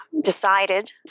decided